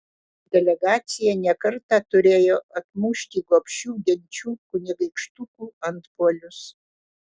delegacija ne kartą turėjo atmušti gobšių genčių kunigaikštukų antpuolius